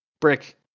brick